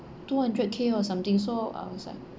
two hundred K or something so I was like